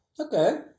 Okay